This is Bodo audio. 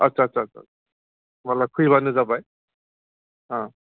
आदसा आदसा आदसा होमब्लालाय फैब्लानो जाबाय